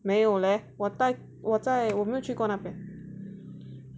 没有咧我带我在我没有去过那边